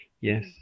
Yes